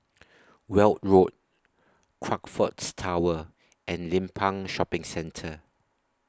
Weld Road Crockfords Tower and Limbang Shopping Centre